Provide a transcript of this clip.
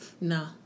No